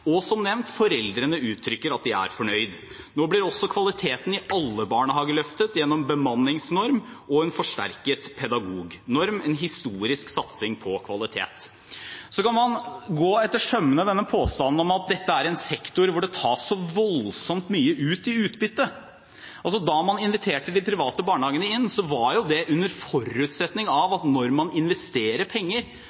er fornøyd. Nå blir også kvaliteten i alle barnehagene løftet gjennom en bemanningsnorm og en forsterket pedagognorm – en historisk satsing på kvalitet. Så kan man gå etter i sømmene påstanden om at dette er en sektor der det tas så voldsomt mye i utbytte. Da man inviterte de private barnehagene inn, er det helt riktig at noen hadde penger fra før som de investerte. Andre var,